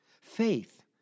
Faith